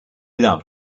love